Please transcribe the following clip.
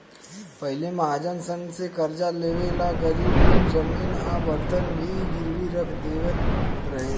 पहिले महाजन सन से कर्जा लेवे ला गरीब लोग जमीन आ बर्तन भी गिरवी रख देत रहे